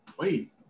wait